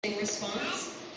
Response